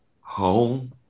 home